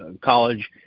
college